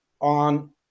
on